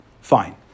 Fine